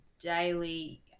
daily